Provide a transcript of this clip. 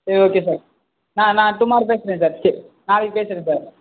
சரி okay sir நான் நான் டுமாரோ பேசுகிறேன் சார் சரி நாளைக்கு பேசுகிறேன் சார்